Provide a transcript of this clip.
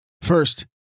First